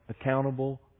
accountable